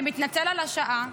שמתנצל על השעה,